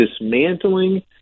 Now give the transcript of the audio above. dismantling